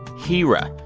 heera,